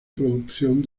producción